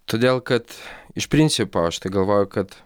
todėl kad iš principo aš tai galvoju kad